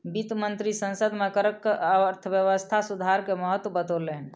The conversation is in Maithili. वित्त मंत्री संसद में करक अर्थव्यवस्था सुधार के महत्त्व बतौलैन